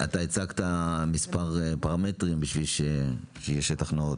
אתה הצגת מספר פרמטרים בשביל שיהיה שטח נאות.